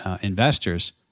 investors